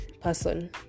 person